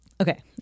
okay